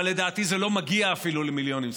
אבל לדעתי זה לא מגיע אפילו למיליונים ספורים,